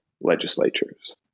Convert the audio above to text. legislatures